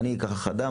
"אני אקח לך דם,